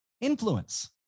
influence